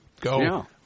Go